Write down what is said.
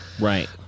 right